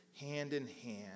hand-in-hand